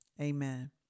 Amen